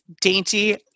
dainty